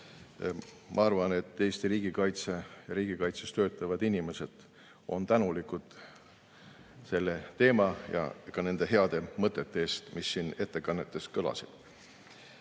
Ma arvan, et Eesti riigikaitses töötavad inimesed on tänulikud selle teema ja ka nende heade mõtete eest, mis siin ettekannetes kõlasid.